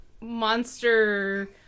monster